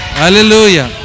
Hallelujah